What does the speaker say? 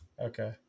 Okay